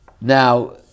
Now